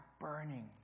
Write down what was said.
burning